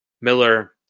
Miller